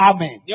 Amen